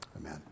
amen